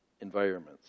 environments